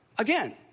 Again